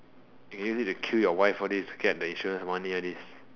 you can use it to kill your wife all this to get the insurance money all this